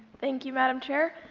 thank you, madam chair,